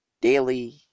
daily